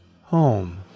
home